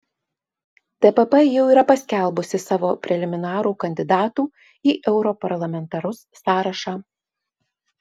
tpp jau yra paskelbusi savo preliminarų kandidatų į europarlamentarus sąrašą